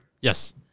Yes